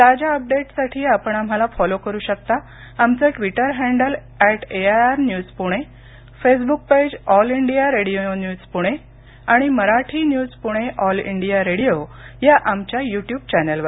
ताज्या अपडेट्ससाठी आपण आम्हाला फॉलो करू शकता आमचं Twitter handle at AIR news Pune Facebook page all India radio news Pune आणि Marathi news Pune all India radio या आमच्या यू ट्यूब चॅनेलवर